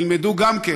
ילמדו גם כן,